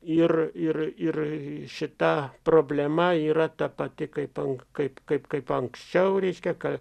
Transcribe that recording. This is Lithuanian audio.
ir ir ir šita problema yra ta pati kaip kaip kaip kaip anksčiau reiškia ka